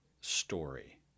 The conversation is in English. story